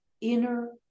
inner